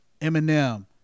Eminem